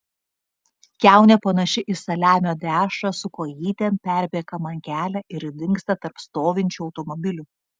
kiaunė panaši į saliamio dešrą su kojytėm perbėga man kelią ir dingsta tarp stovinčių automobilių